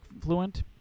fluent